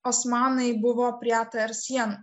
osmanai buvo prie atr sienų